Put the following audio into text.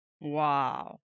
Wow